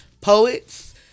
poets